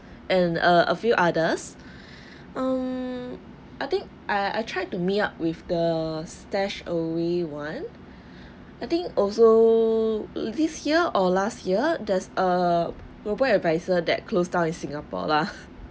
and err a few others um I think I I try to meet up with the stash away one I think also this year or last year there's a robo adviser that closed down in singapore lah